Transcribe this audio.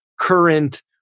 current